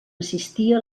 assistia